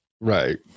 Right